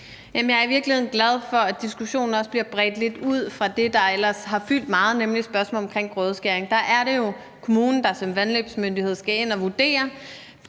Jeg er i virkeligheden glad for, at diskussionen nu også bliver bredt lidt ud fra det, der ellers har fyldt meget, nemlig spørgsmålet omkring grødeskæring. Der er det jo kommunen, der som vandløbsmyndighed, som ud fra de